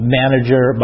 manager